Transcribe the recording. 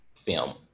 film